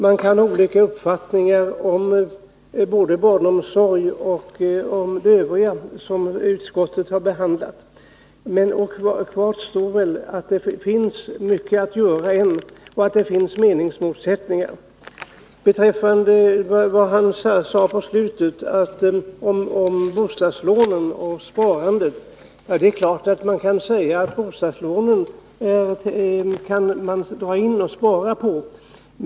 Man kan ha olika uppfattningar om barnomsorgen och om det övriga som utskottet har behandlat, men kvar står att det ännu finns mycket att göra och att det finns meningsmotsättningar. Det är klart att man kan säga att bosättningslånen går det att dra in på för att på det sättet spara pengar.